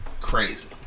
Crazy